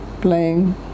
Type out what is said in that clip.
playing